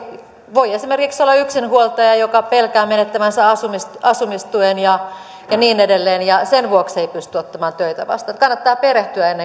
voi esimerkiksi olla yksinhuoltaja joka pelkää menettävänsä asumistuen ja ja niin edelleen ja sen vuoksi ei pysty ottamaan töitä vastaan kannattaa perehtyä